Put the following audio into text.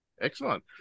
Excellent